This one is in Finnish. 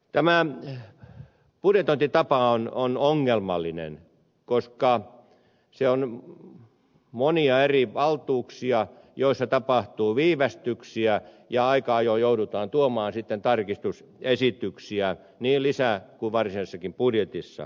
tämä budjetointitapa on ongelmallinen koska siinä on monia eri valtuuksia joissa tapahtuu viivästyksiä ja aika ajoin joudutaan tuomaan tarkistusesityksiä niin lisä kuin varsinaisessakin budjetissa